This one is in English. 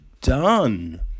done